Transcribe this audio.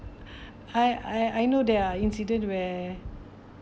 I I I know there are incident where